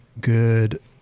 good